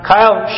Kyle